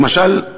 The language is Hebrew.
למשל,